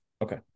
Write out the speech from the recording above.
Okay